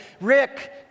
Rick